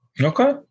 okay